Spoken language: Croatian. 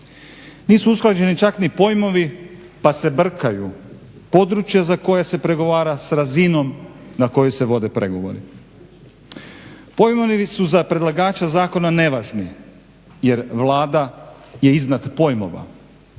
Nisu usklađeni čak ni pojmovi pa se brkaju područja za koja se pregovara sa razinom na kojoj se vode pregovori. Pojmovi su za predlagača zakona nevažni jer Vlada je iznad pojmova.